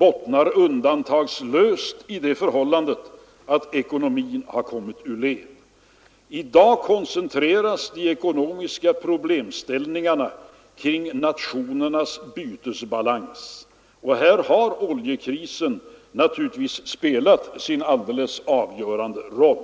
öppnar undantagslöst det förhållandet att ekonomin har kommit ur led. I dag koncentreras de ekonomiska problemställningarna kring nationernas bytesbalans, och här har oljekrisen naturligtvis spelat en alldeles avgörande roll.